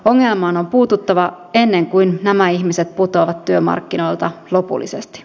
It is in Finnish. ongelmaan on puututtava ennen kuin nämä ihmiset putoavat työmarkkinoilta lopullisesti